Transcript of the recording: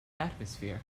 atmosphere